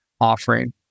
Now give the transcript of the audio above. offering